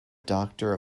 doctor